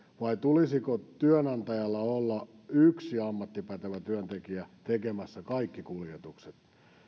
vai tulisiko työnantajalla olla yksi ammattipätevä työntekijä tekemässä kaikki kuljetukset